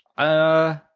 i